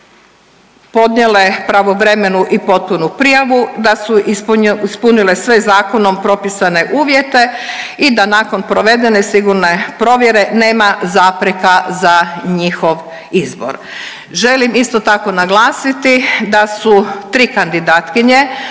podnijele pravovremenu i potpunu prijavu, da su ispunile sve zakonom propisane uvjete i da nakon provedene sigurne provjere nema zapreka za njihov izbor. Želim isto tako naglasiti da su 3 kandidatkinje